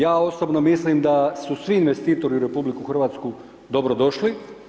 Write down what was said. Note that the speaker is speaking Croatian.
Ja osobno mislim da su svi investitori u RH dobro došli.